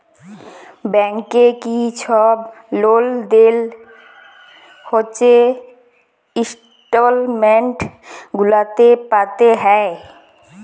ব্যাংকে কি ছব লেলদেল হছে ইস্ট্যাটমেল্ট গুলাতে পাতে হ্যয়